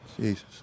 Jesus